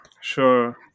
Sure